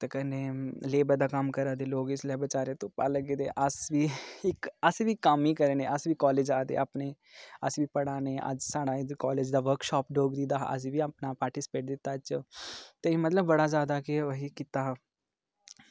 ते कन्नै लेबर दा कम्म करा दे लोग इसलै बेचारे ते धुप्पा लग्गे दे अस बी इक अस बी कम्म ई करा ने अस बी कालेज़ आए दे अपने अस बी पढ़ा ने अज्ज साढ़ा इद्धर कालेज़ दा वर्कशाप डोगरी दा हा अज्ज बी अपना पार्टीस्पेट दित्ता एह्दे च ते मतलब बड़ा ज्यादा के एह् कीता